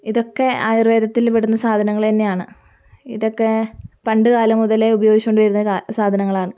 ഇതൊക്കെ ആയുർവേദത്തിൽപ്പെടുന്ന സാധനങ്ങൾ തന്നെയാണ് ഇതൊക്കെ പണ്ടുകാലം മുതലേ ഉപയോഗിച്ചുകൊണ്ട് വരുന്ന സാധനങ്ങളാണ്